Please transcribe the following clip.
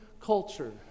culture